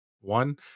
one